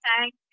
Thank